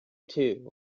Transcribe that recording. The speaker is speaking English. too